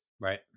Right